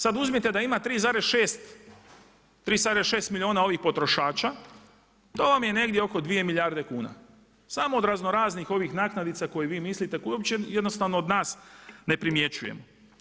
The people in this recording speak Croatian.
Sada uzmite da ima 3,6 milijuna ovih potrošača, to vam je negdje oko 2 milijarde kuna, samo od razno raznih ovih naknadica koje vi mislite, koje uopće jednostavno od nas ne primjećujem.